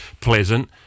pleasant